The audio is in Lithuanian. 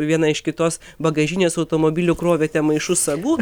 viena iš kitos bagažinės automobilių krovėte maišus sagų